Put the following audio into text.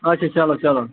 اَچھا چلو چلو